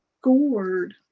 gourd